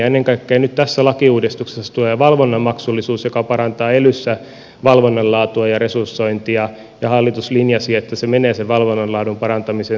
ennen kaikkea nyt tässä lakiuudistuksessa tulee valvonnan maksullisuus joka parantaa elyssä valvonnan laatua ja resursointia ja hallitus linjasi että se maksullisuus menee sen valvonnan laadun parantamiseen